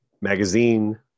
magazine